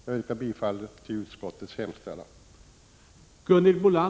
Jag yrkar bifall till utskottets hemställan.